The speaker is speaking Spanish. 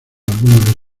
algunos